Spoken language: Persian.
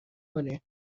کنیم